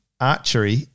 archery